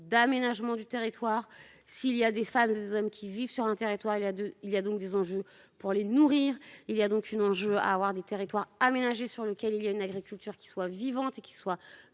d'aménagement du territoire. S'il y a des femmes et des hommes qui vivent sur un territoire il y a deux il y a donc des enjeux pour les nourrir, il y a donc une enjeu à avoir des territoires aménagé sur lequel il y a une agriculture qui soit vivant et qu'qui soit